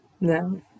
No